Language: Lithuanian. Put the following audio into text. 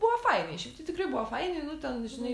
buvo fainiai šiaip tai tikrai buvo faini nu ten žinai